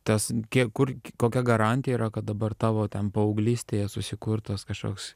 tas kiek kur k kokia garantija yra kad dabar tavo ten paauglystėje susikurtas kažkoks